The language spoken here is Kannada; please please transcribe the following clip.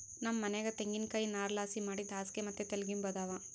ನಮ್ ಮನ್ಯಾಗ ತೆಂಗಿನಕಾಯಿ ನಾರ್ಲಾಸಿ ಮಾಡಿದ್ ಹಾಸ್ಗೆ ಮತ್ತೆ ತಲಿಗಿಂಬು ಅದಾವ